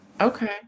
Okay